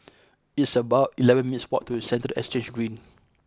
it's about eleven minutes' walk to Central Exchange Green